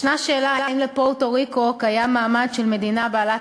ישנה שאלה אם לפוארטו-ריקו קיים מעמד של מדינה בעלת